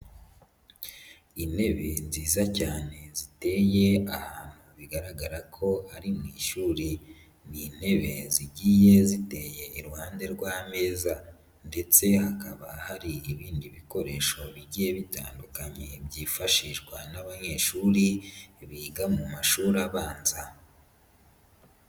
Intebe nziza cyane ziteye ahantu bigaragara ko ari mu ishuri. Ni intebe zigiye ziteye iruhande rw'ameza ndetse hakaba hari ibindi bikoresho bigiye bitandukanye byifashishwa n'abanyeshuri, biga mu mashuri abanza.